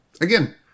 again